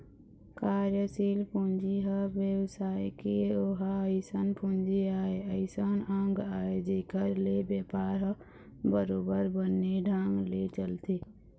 कार्यसील पूंजी ह बेवसाय के ओहा अइसन पूंजी आय अइसन अंग आय जेखर ले बेपार ह बरोबर बने ढंग ले चलथे